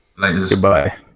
Goodbye